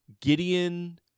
Gideon